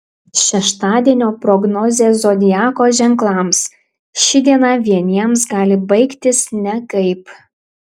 šeštadienio prognozė zodiako ženklams ši diena vieniems gali baigtis nekaip